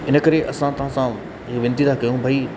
इन करे असां तव्हां सां इहा वेनिती ता कयूं भई